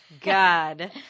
God